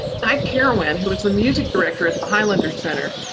guy carawan, who was the music director at the highlander center,